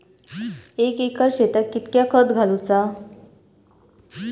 एक एकर शेताक कीतक्या खत घालूचा?